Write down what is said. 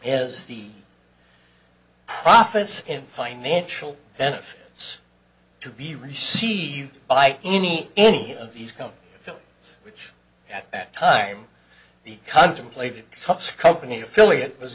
is the profits and financial benefits to be received by any any of these come feel which at that time the contemplated tough company affiliate was